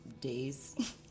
days